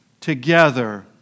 together